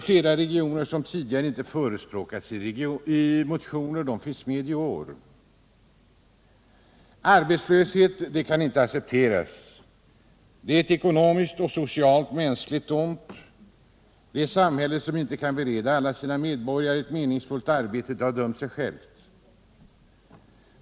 Flera regioner som tidigare inte förespråkats för regionalpolitiskt stöd tas upp i årets motioner. Arbetslösheten kan inte accepteras. Den är ett ekonomiskt, socialt och mänskligt ont. Det samhälle som inte kan bereda alla sina medborgare ett meningsfullt arbete har dömt sig självt.